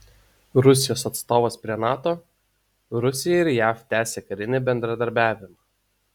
rusijos atstovas prie nato rusija ir jav tęsia karinį bendradarbiavimą